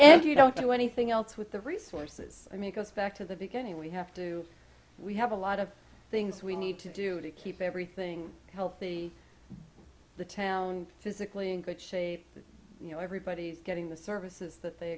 and you don't do anything else with the resources i mean it goes back to the beginning we have to we have a lot of things we need to do to keep everything healthy the town physically in good shape you know everybody's getting the services that they